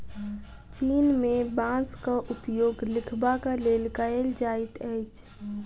चीन में बांसक उपयोग लिखबाक लेल कएल जाइत अछि